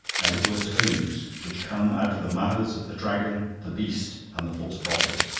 as it were toads, which come out of the mouths of the dragon, the beast, and the false prophet.